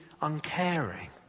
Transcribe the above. uncaring